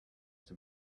have